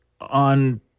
on